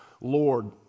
Lord